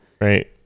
right